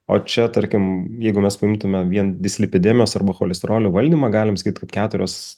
o čia tarkim jeigu mes paimtume vien dislipidemijos arba cholesterolio valdymą galim sakyt kad keturios